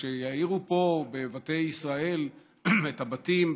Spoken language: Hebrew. כשיאירו פה בישראל את הבתים,